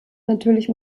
natürlich